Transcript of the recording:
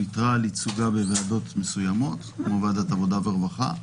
ויתרה על ייצוגה בוועדות מסוימות כמו ועדת העבודה והרווחה.